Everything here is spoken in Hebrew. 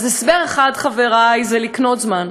אז הסבר אחד, חברי, זה לקנות זמן.